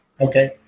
Okay